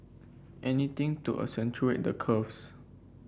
anything to accentuate the curves